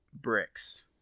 bricks